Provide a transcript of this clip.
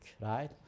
right